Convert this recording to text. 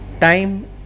Time